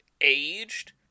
aged